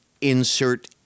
insert